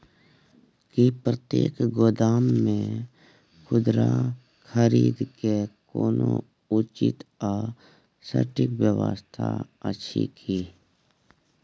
की प्रतेक गोदाम मे खुदरा खरीद के कोनो उचित आ सटिक व्यवस्था अछि की?